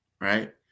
right